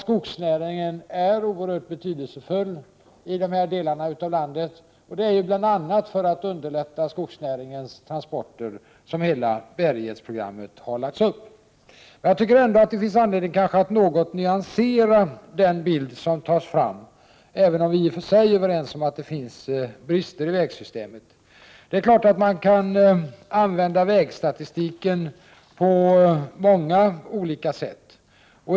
Skogsnäringen är ju oerhört betydelsefull i dessa delar av landet, och det är bl.a. för att underlätta skogsnäringens transporter som hela bärighetsprogrammet har lagts upp. Det finns anledning att något nyansera den bild som här tas fram, även om jag i och för sig håller med om att det finns brister i vägsystemet. Vägstatistiken kan naturligtvis användas på många olika sätt.